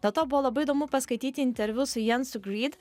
dėl to buvo labai įdomu paskaityti interviu su jensu grede